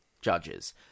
judges